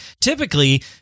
Typically